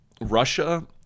Russia